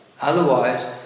Otherwise